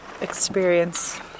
experience